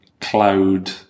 Cloud